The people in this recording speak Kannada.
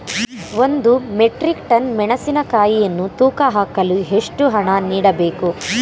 ಒಂದು ಮೆಟ್ರಿಕ್ ಟನ್ ಮೆಣಸಿನಕಾಯಿಯನ್ನು ತೂಕ ಹಾಕಲು ಎಷ್ಟು ಹಣ ನೀಡಬೇಕು?